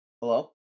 Hello